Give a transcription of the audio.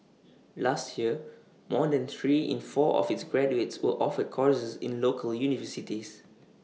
last year more than three in four of its graduates were offered courses in local universities